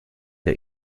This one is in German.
der